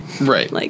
Right